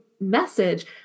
message